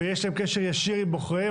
ויש להם קשר ישיר עם בוחריהם.